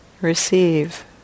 receive